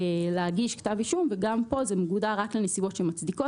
להגיש כתב אישום וגם כאן זה מוגדר רק לנסיבות שמצדיקות